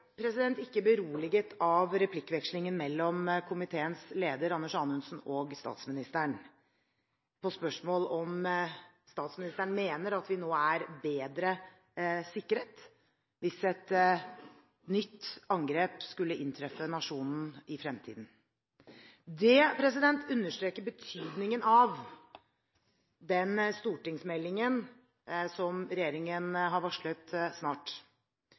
ikke beroliget av replikkvekslingen mellom komiteens leder Anders Anundsen og statsministeren på spørsmålet om statsministeren mener at nasjonen nå er bedre sikret hvis et nytt angrep skulle inntreffe i fremtiden. Det understreker betydningen av den stortingsmeldingen som regjeringen har varslet snart.